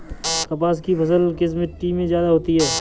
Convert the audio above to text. कपास की फसल किस मिट्टी में ज्यादा होता है?